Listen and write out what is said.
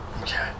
Okay